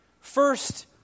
First